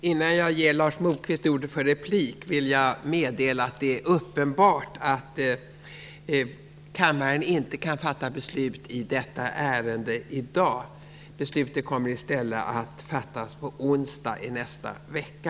Innan jag ger Lars Moquist ordet för replik vill jag meddela att det är uppenbart att kammaren inte kan fatta beslut i detta ärende i dag. Beslutet kommer i stället att fattas på onsdag i nästa vecka.